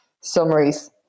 summaries